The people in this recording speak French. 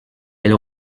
elle